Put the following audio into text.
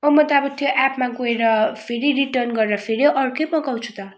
अब म त अब एपमा गएर फेरि रिटर्न गरेर फेरि अर्कै मगाउँछु त